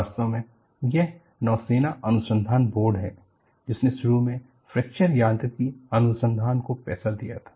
वास्तव में यह नौसेना अनुसंधान बोर्ड है जिसने शुरू में फ्रैक्चर यांत्रिकी अनुसंधान को पैसा दिया था